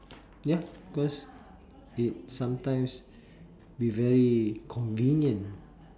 ya cause it sometimes be very convenient